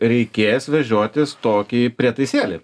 reikės vežiotis tokį prietaisėlį